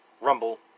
Rumble